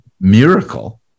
miracle